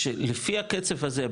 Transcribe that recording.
לפי הקצב הזה,